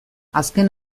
azken